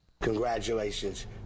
Congratulations